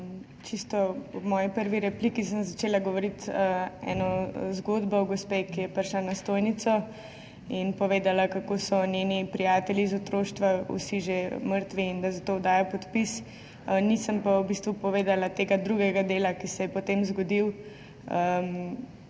ob moji prvi repliki, sem začela govoriti eno zgodbo o gospe, ki je prišla na stojnicoin povedala, kako so njeni prijatelji iz otroštva vsi že mrtvi in da zato oddaja podpis, nisem pa v bistvu povedala tega drugega dela, ki se je zgodil